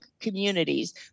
communities